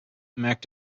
merkt